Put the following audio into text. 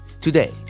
Today